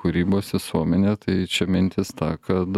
kūrybos visuomenė tai čia mintis ta kad